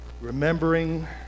Remembering